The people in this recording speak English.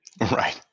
right